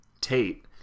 Tate